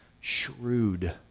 shrewd